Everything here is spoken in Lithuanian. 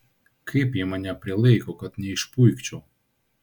kaip jie mane prilaiko kad neišpuikčiau